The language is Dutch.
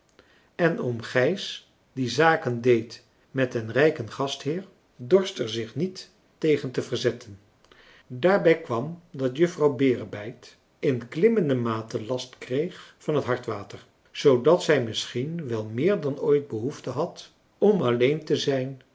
en oom gijs die zaken deed met den rijken gastheer dorst er zich niet tegen te verzetten daarbij kwam dat juffrouw berebijt in klimmende mate last kreeg van het hartwater zoodat zij misschien wel meer dan ooit behoefte had om alleen te zijn